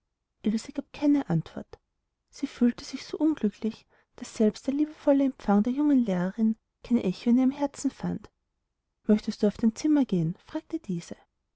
gab keine antwort sie fühlte sich so unglücklich daß selbst der liebevolle empfang der jungen lehrerin kein echo in ihrem herzen fand möchtest du auf dein zimmer gehen fragte diese